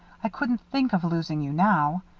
i couldn't think of losing you now.